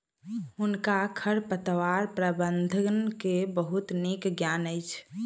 हुनका खरपतवार प्रबंधन के बहुत नीक ज्ञान अछि